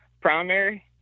primary